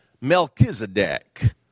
Melchizedek